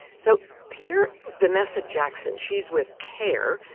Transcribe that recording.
so hear vanessa jackson she's with care.